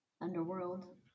underworld